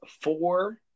four